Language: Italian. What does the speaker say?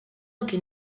anche